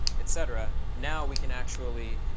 et cetera. now, we can actually